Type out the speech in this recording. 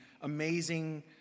amazing